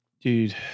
dude